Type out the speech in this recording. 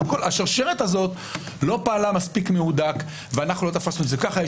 השרשרת הזאת לא פעלה מספיק מהודק ואנחנו לא תפסנו את זה ככה.